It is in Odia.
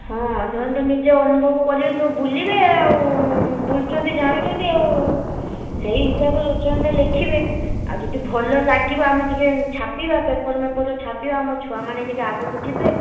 ହଁ ସେମାନେ ତ ନିଜେ ଅନୁଭବ କରିବେ ସବୁ ବୁଲିବେ ଆଉ ବୁଲୁଛନ୍ତି ଜାଣୁଛନ୍ତି ଆଉ ସେହି ହିସାବରେ ରଚନାଟା ଲେଖିବେ ଆଉ ଯଦି ଭଲ ଲାଗିବ ଆମେ ଟିକିଏ ଛାପିବା ପେପର୍ ମେପର୍ରେ ଛାପିବା ଆମ ଛୁଆମାନେ ଟିକିଏ ଆଗକୁ ଯିବେ